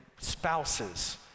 spouses